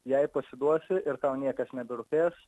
jei pasiduosi ir tau niekas neberūpės